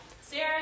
Sarah